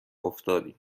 افتادیم